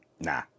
nah